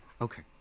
Okay